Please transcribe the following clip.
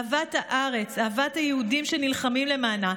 אהבת הארץ, אהבת היהודים שנלחמים למענה,